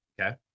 Okay